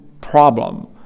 problem